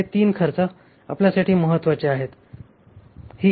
हे 3 खर्च आपल्यासाठी महत्वाचे आहेत